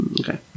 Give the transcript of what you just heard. Okay